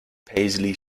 paisley